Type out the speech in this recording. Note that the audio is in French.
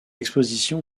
exposition